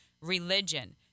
religion